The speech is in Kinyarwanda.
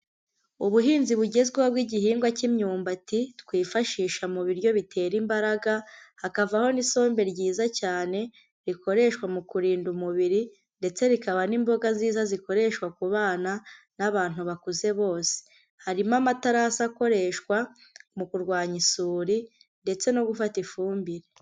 Ubuhinzi bugezweho nk'igihingwa cy'imyumbati twifashisha mu biryo bitera imbaraga, hakavaho n'isombe nziza cyane ikoreshwa mu kurinda umubiri, ndetse ikaba n'imboga nziza zikoreshwa ku bana n'abantu bakuze bose, harimo amaterasi akoreshwa mu kurwanya isuri ndetse no gufata ifumbire.